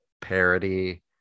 parody